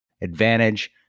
advantage